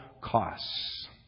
costs